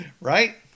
Right